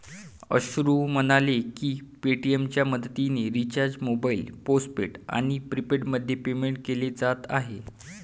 अश्रू म्हणाले की पेटीएमच्या मदतीने रिचार्ज मोबाईल पोस्टपेड आणि प्रीपेडमध्ये पेमेंट केले जात आहे